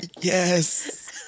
yes